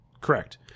Correct